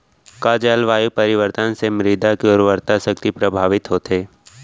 का जलवायु परिवर्तन से मृदा के उर्वरकता शक्ति प्रभावित होथे?